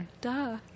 Duh